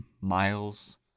miles